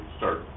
start